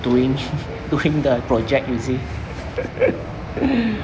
doing doing the project you see